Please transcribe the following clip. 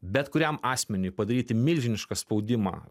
bet kuriam asmeniui padaryti milžinišką spaudimą